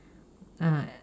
uh